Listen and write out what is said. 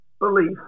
belief